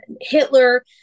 Hitler